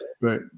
right